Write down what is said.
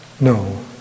No